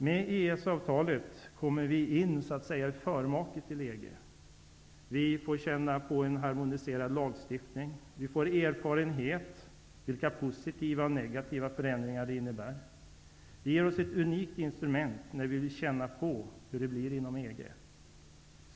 Med EES-avtalet kommer vi in i ''förmaket'' till EG. Vi får erfarenhet av en harmoniserad lagstiftning och av vilka positiva och negativa förändringar som det innebär. Det ger oss ett unikt instrument för att känna på hur det blir inom EG.